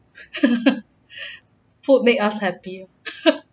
food make us happier